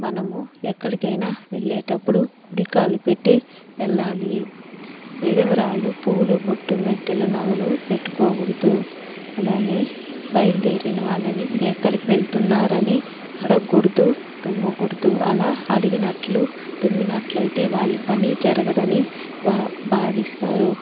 మనము ఎక్కడికైనా వెళ్లేటప్పుడు కుడికాలు పెట్టే వెళ్లాలి విధవరాలు పూలు బొట్టు మెట్టెలు నగలు పెట్టుకోకూడదు అలానే బయలుదేరిన వాళ్ళని ఎక్కడికి వెళ్తున్నారని అడగకూడదు తుమ్మకూడదు అలా అడిగినట్లు తుమ్మినట్లయితే వారి పని జరగదని భా భావిస్తారు